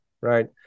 right